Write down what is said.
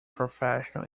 professional